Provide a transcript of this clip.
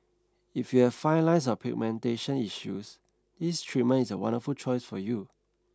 if you have fine lines or pigmentation issues this treatment is a wonderful choice for you